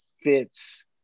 fits